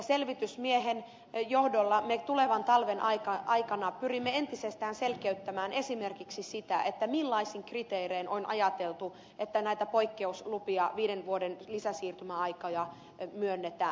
selvitysmiehen johdolla me tulevan talven aikana pyrimme entisestään selkeyttämään esimerkiksi sitä millaisin kriteerein on ajateltu että näitä poikkeuslupia viiden vuoden lisäsiirtymäaikoja myönnetään